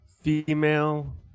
female